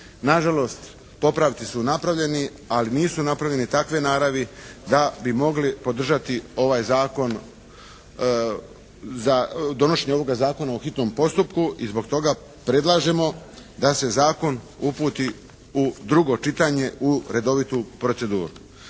Nažalost popravci su napravljeni ali nisu napravljeni takve naravi da bi mogli podržati ovaj zakon za, donošenje ovoga zakona po hitnom postupku. I zbog toga predlažemo da se zakon uputi u drugo čitanje u redovitu proceduru.